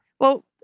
Well-